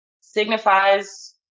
signifies